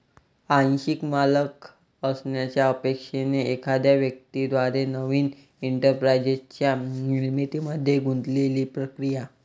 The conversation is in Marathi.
आंशिक मालक असण्याच्या अपेक्षेने एखाद्या व्यक्ती द्वारे नवीन एंटरप्राइझच्या निर्मितीमध्ये गुंतलेली प्रक्रिया